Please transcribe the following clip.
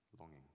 Longing